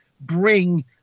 bring